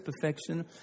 perfection